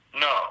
No